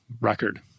record